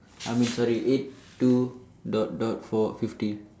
I mean sorry eight two dot dot four fifty